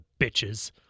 bitches